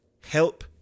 help